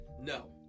No